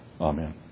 Amen